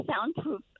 soundproof